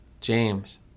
James